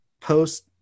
post